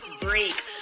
break